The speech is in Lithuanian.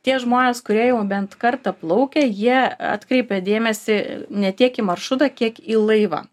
tie žmonės kurie jau bent kartą plaukė jie atkreipia dėmesį ne tiek į maršrutą kiek į laivą